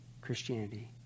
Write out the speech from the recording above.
Christianity